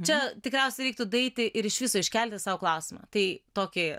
čia tikriausiai reiktų daeiti ir iš viso iškelti sau klausimą tai tokį